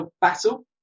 battle